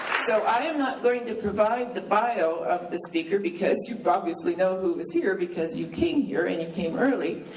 so i am not going to provide the bio of the speaker because you obviously know who is here, because you came here, and you came early,